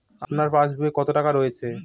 আপনার পাসবুকে কত টাকা রয়েছে?